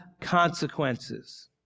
consequences